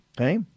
Okay